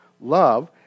love